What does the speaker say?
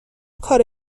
کار